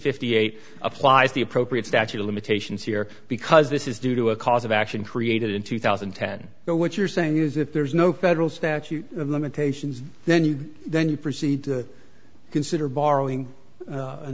fifty eight applies the appropriate statute of limitations here because this is due to a cause of action created in two thousand and ten so what you're saying is that there's no federal statute of limitations then you then you proceed to consider borrowing an an